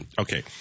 Okay